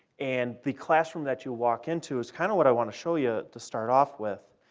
and the classroom that you'll walk into is kind of what i want to show you to start off with.